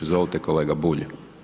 Izvolite kolega Bulj.